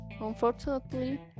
unfortunately